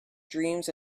dreams